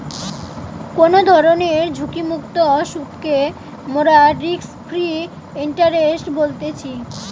কোনো ধরণের ঝুঁকিমুক্ত সুধকে মোরা রিস্ক ফ্রি ইন্টারেস্ট বলতেছি